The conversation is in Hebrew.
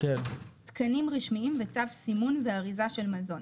תקנים רשמיים וצו סימון ואריזה של מזון,